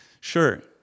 Sure